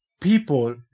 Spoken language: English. people